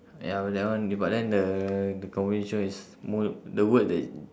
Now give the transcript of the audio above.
ya but that one K but then the the conversation is mo~ the word that